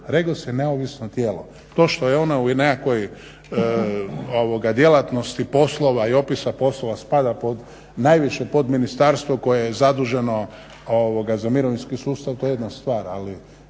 REGOS je neovisno tijelo. To što je ono u nekakvoj djelatnosti poslova i opisa poslova spada najviše pod ministarstvo koje je zaduženo za mirovinski sustav to je jedna stvar,